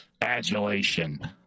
adulation